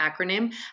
acronym